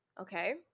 Okay